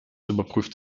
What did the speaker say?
überprüft